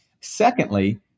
Secondly